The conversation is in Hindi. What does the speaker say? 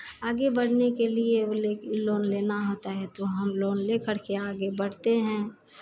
आगे बढ़ने के लिए व ले लोन लेना होता है तो हम लोन ले करके आगे बढ़ते हैं